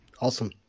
awesome